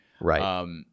Right